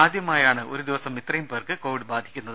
ആദ്യമായാണ് ഒരു ദിവസം ഇത്രയും പേർക്ക് കോവിഡ് ബാധിക്കുന്നത്